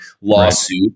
lawsuit